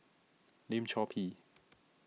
Lim Chor Pee